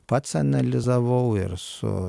pats analizavau ir su